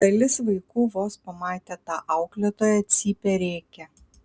dalis vaikų vos pamatę tą auklėtoją cypia rėkia